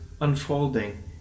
unfolding